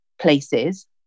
places